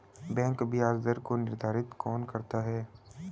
Bank ब्याज दर को निर्धारित कौन करता है?